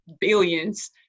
billions